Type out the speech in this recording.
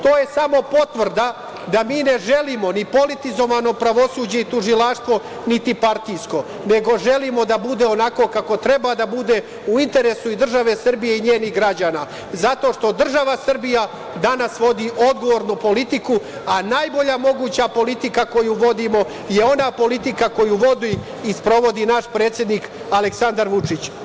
To je samo potvrda da mi ne želimo ni politizovano pravosuđe i tužilaštvo niti partijsko, nego želimo da bude onako kako treba da bude, u interesu države Srbije i njenih građana, zato što država Srbija danas vodi odgovornu politiku, a najbolja moguća politika koju vodimo je ona politika koju vodi i sprovodi naš predsednik Aleksandar Vučić.